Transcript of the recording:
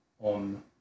on